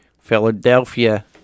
Philadelphia